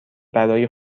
برای